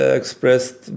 expressed